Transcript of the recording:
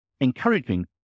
encouraging